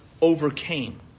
overcame